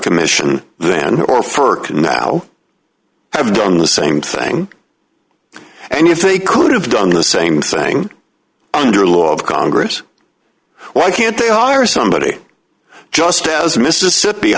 commission then or for can now have done the same thing and if they could have done the same thing under law of congress why can't they are somebody just as mississippi